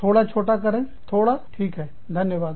थोड़ा छोटा करें थोड़ा ठीक है धन्यवाद